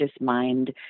mind